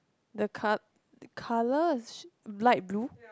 the col~ the colour is sh~ light blue